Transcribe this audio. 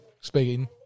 Speaking